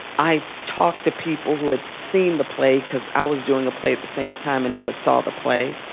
i talk to people who had seen the play because i was doing a play at the same time and never saw the play.